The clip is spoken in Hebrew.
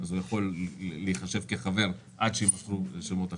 אז הוא יכול להיחשב כחבר עד שיימסרו שמות אחרים?